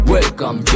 Welcome